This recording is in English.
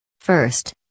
First